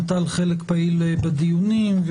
נטל חלק פעיל בדיונים.